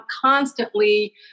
constantly